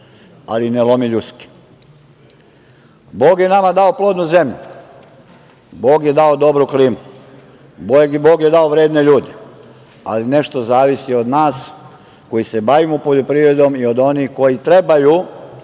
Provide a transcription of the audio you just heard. ali ne lomi ljuske. Bog je nama dao plodnu zemlju, Bog je dao dobru klimu, Bog je dao vredne ljude, ali nešto zavisi od nas koji se bavimo poljoprivredom i od onih koji trebaju